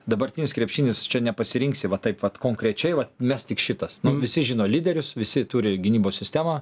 dabartinis krepšinis čia nepasirinksi va taip va konkrečiai vat mes tik šitas nu visi žino lyderius visi turi gynybos sistemą